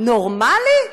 נורמלי?